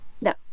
No